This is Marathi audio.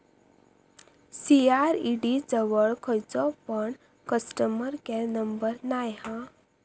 सी.आर.ई.डी जवळ खयचो पण कस्टमर केयर नंबर नाय हा